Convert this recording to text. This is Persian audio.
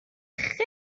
خیلی